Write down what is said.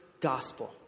gospel